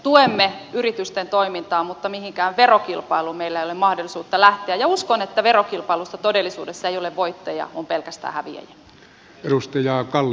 tuemme yritysten toimintaa mutta mihinkään verokilpailuun meillä ei ole mahdollisuutta lähteä ja uskon että verokilpailussa todellisuudessa ei ole voittajia on pelkästään häviäjiä